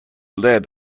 led